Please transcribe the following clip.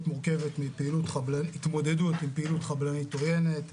מורכבת מהתמודדות עם פעילות חבלנית עוינת,